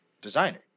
designer